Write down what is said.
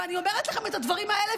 ואני אומרת לכם את הדברים האלה,